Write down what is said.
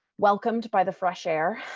welcomed by the fresh air.